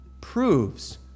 proves